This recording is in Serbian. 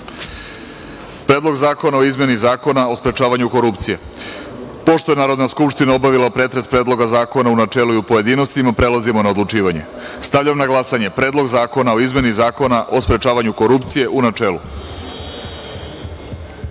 Predlog zakona o izmeni Zakona o sprečavanju korupcije. Pošto je Narodna skupština obavila pretres Predloga zakona u načelu i u pojedinostima, prelazimo na odlučivanje. Stavljam na glasanje Predlog zakona o izmeni Zakona o sprečavanju korupcije, u